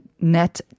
Net